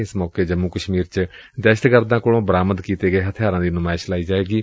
ਏਸ ਮੌਕੇ ਜੰਮੁ ਕਸ਼ਮੀਰ ਚ ਦਹਿਸ਼ਤਗਰਦਾਂ ਕੋਲੋਂ ਬਰਾਮਦ ਕੀਤੇ ਗਏ ਹਥਿਆਰਾਂ ਦੀ ਨੁਮਾਇਸ਼ ਵੀ ਲਗਾਈ ਜਾਏਗੀ